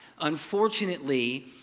Unfortunately